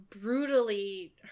brutally